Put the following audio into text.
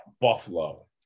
Buffalo